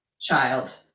child